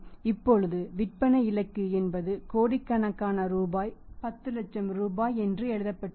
இப்போது விற்பனை இலக்கு என்பது கோடிக்கணக்கான ரூபாய் பத்து லட்சம் ரூபாய என்று எழுதப்பட்டிருக்கும்